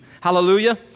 Hallelujah